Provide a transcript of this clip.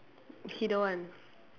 he don't want